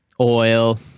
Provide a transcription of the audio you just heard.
oil